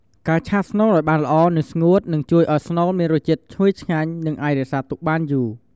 ការឆាស្នូលឲ្យបានល្អ និងស្ងួត នឹងជួយឲ្យស្នូលមានរសជាតិឈ្ងុយឆ្ងាញ់ និងអាចរក្សាទុកបានយូរ។